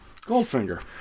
Goldfinger